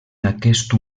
aquesta